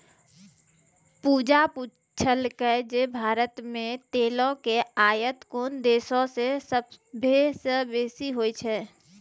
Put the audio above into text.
पूजा पुछलकै जे भारत मे तेलो के आयात कोन देशो से सभ्भे से बेसी होय छै?